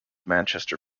manchester